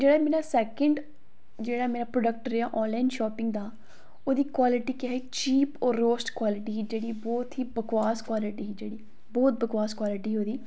जेह्ड़े मतलब सैकेंड जेह्ड़ा मेरा प्रोडेक्ट रेहा ऑनलाइन शॉपिंग दा ओह्दी क्वालिटी कोई चीप ते रोस्ट क्वालिटी ही जेह्ड़ी की बहोत ही बकवास क्वालिटी ही जेह्ड़ी की बहोत बकवास क्वालिटी ही